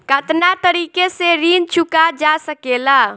कातना तरीके से ऋण चुका जा सेकला?